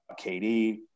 KD